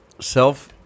self